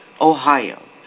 Ohio